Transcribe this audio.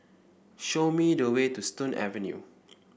show me the way to Stone Avenue